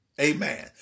Amen